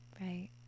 Right